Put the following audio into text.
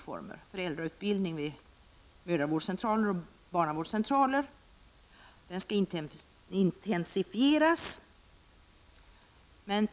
Föräldrautbildning vid mödravårdscentraler och barnavårdscentraler bör intensifieras.